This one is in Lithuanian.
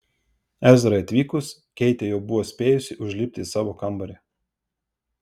ezrai atvykus keitė jau buvo spėjusi užlipti į savo kambarį